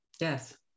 Yes